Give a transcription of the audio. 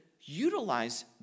utilize